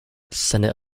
senate